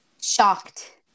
Shocked